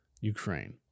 Ukraine